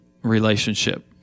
relationship